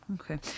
Okay